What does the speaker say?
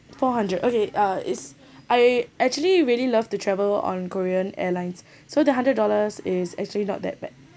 four hundred okay uh is I actually really love to travel on korean airlines so the hundred dollars is actually not that bad